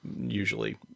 usually